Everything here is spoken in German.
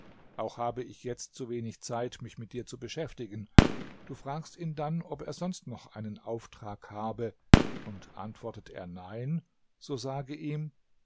auch habe ich jetzt zu wenig zeit mich mit dir zu beschäftigen du fragst ihn dann ob er sonst noch einen auftrag habe und antwortet er nein so sage ihm